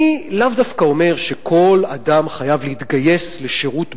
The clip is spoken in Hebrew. אני לאו דווקא אומר שכל אדם חייב להתגייס לשירות בצה"ל.